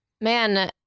Man